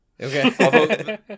Okay